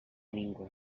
ningú